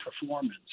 performance